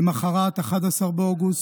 למוחרת, 11 באוגוסט,